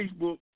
Facebook